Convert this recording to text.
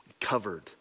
covered